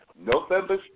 November